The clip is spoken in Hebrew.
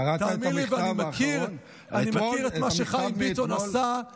קראת את המכתב האחרון, את המכתב מאתמול?